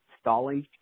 stalling